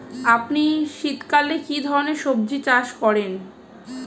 আপনি শীতকালে কী ধরনের সবজী চাষ করেন?